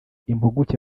impuguke